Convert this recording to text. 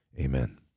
Amen